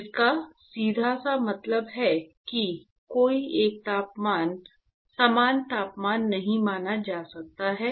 जिसका सीधा सा मतलब है कि कोई एक समान तापमान नहीं माना जा सकता है